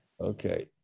okay